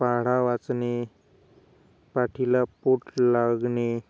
पाढा वाचणे पाठीला पोट लागणे